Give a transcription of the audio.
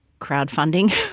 crowdfunding